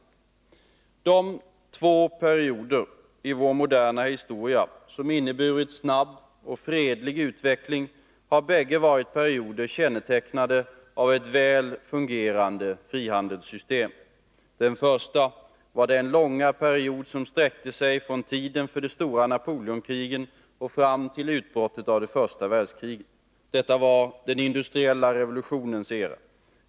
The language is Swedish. De två perioder i vår moderna historia som inneburit snabb och fredlig utveckling har bägge varit perioder kännetecknade av ett väl fungerande frihandelssystem. Den första var den långa period som sträckte sig från tiden för de stora Napoleonkrigen fram till utbrottet av det första världskriget. Detta var den industriella revolutionens era.